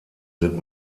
sind